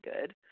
good